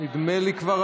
נדמה לי, כבר